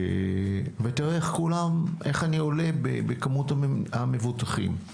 ותראה איך אני עולה בכמות המבוטחים.